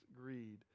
greed